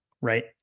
right